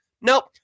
Nope